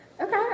Okay